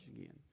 again